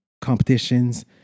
competitions